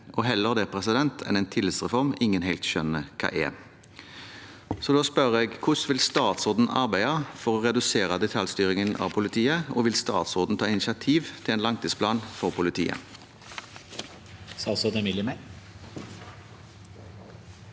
– heller det enn en tillitsreform ingen helt skjønner hva er. Så da spør jeg: Hvordan vil statsråden arbeide for å redusere detaljstyringen av politiet, og vil statsråden ta initiativ til en langtidsplan for politiet?